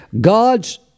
God's